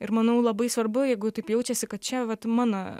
ir manau labai svarbu jeigu taip jaučiasi kad čia vat mano